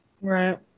right